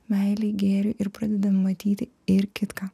meilei gėriui ir pradedame matyti ir kitką